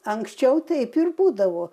anksčiau taip ir būdavo